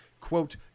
quote